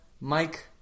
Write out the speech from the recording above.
Mike